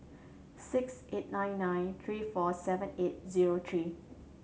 six eight nine nine three four seven eight zero three